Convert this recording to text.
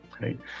right